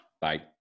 Bye